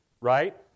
right